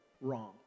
wrong